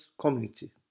community